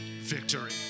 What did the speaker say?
victory